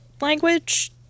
language